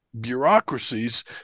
bureaucracies